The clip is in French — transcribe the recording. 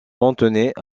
contenait